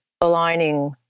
aligning